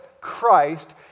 Christ